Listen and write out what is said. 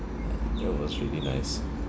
ya that was really nice